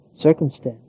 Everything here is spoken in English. circumstance